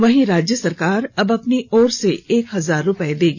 वहीं राज्य सरकार अब अपनी तरफ से एक हजार रुपए देगी